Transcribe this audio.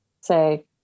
say